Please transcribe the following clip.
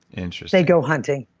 interesting they go hunting,